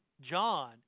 John